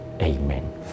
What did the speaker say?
Amen